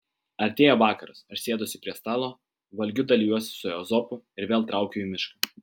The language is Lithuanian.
artėja vakaras aš sėduosi prie stalo valgiu dalijuosi su ezopu ir vėl traukiu į mišką